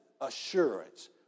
assurance